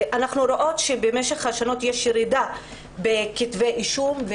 אנחנו רואות שבמשך השנים יש ירידה בכתבי אישום.